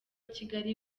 kigali